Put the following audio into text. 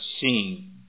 seen